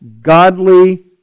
godly